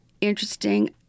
interesting